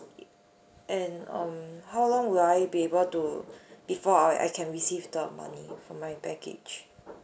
and um how long will I be able to before I can receive the money for my baggage